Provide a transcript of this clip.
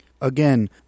Again